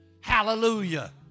hallelujah